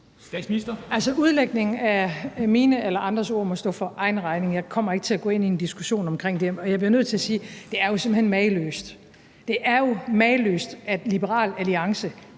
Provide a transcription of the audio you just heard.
Udlægningen af mine eller andres ord må stå for egen regning. Jeg kommer ikke til at gå ind i en diskussion om det, og jeg bliver nødt til at sige, at det jo simpelt hen er mageløst, at Liberal Alliance